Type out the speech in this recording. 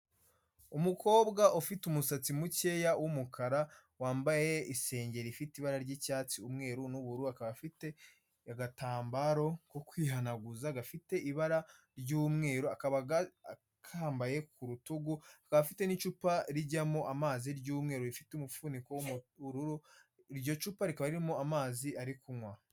Umukobwa ufite umusatsi mukeya w'umukara, wambaye isengeri ifite ibara ry'icyatsi, umweru, n'ubururu, akaba afite agatambaro ko kwihanaguza gafite ibara ry'umweru, akaba akambaye ku rutugu, akaba afite n'icupa rijyamo amazi ry'umweru, rifite umufuniko w'ubururu, iryo cupa rikaba ririmo amazi ari kunywa.